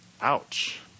Ouch